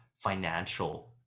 financial